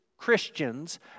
Christians